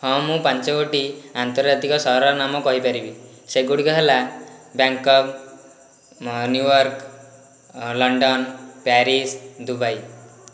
ହଁ ମୁଁ ପାଞ୍ଚ ଗୋଟି ଆନ୍ତର୍ଜାତିକ ସହରର ନାମ କହିପାରିବି ସେଗୁଡ଼ିକ ହେଲା Bangkok New York London Paris Dubai